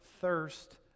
thirst